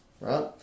right